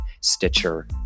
Stitcher